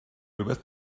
rywbeth